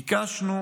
ביקשנו